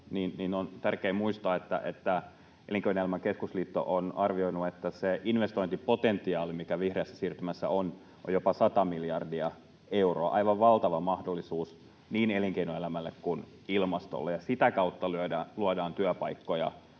on tärkeää muistaa, että Elinkeinoelämän keskusliitto on arvioinut, että se investointipotentiaali, mikä vihreässä siirtymässä on, on jopa sata miljardia euroa, aivan valtava mahdollisuus niin elinkeinoelämälle kuin ilmastolle, ja sitä kautta luodaan työpaikkoja,